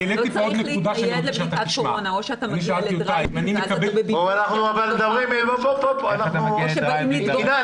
--- כאשר אדם מקבל סמ"ס או שיחת טלפון שהוא צריך להיכנס לבידוד,